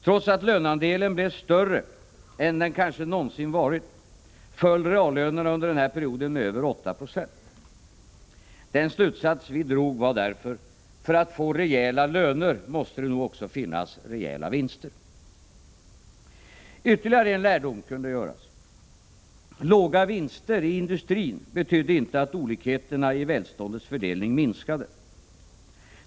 Trots att löneandelen blev större än den kanske någonsin varit, föll reallönerna under den här perioden med över 8 96. Den slutsats vi drog var därför: För att få rejäla löner måste det också finnas rejäla vinster. Ytterligare en lärdom kunde göras. Låga vinster i industrin betydde inte att olikheterna i välståndsfördelning minskade.